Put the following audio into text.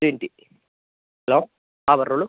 ഒരു minute hello ആ പറഞ്ഞോളൂ